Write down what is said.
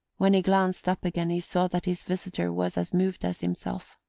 when he glanced up again he saw that his visitor was as moved as himself.